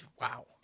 Wow